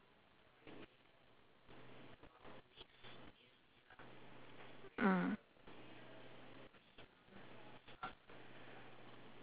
mm